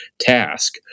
task